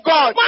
God